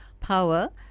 power